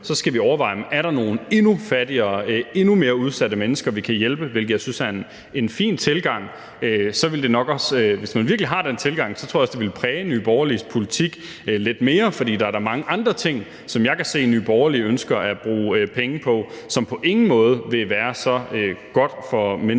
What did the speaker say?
skal overveje, om der er nogle endnu fattigere og endnu mere udsatte mennesker, vi kan hjælpe, hvilket jeg synes er en fin tilgang, så tror jeg også, at det ville præge Nye Borgerliges politik lidt mere. For der er da mange andre ting, som jeg kan se Nye Borgerlige ønsker at bruge penge på, som på ingen måde vil være så godt for mennesker